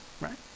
right